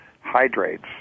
hydrates